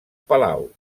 palau